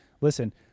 listen